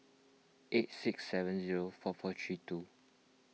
eight six seven zero four four three two